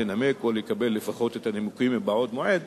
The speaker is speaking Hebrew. לנמק או לפחות לקבל את הנימוקים מבעוד מועד.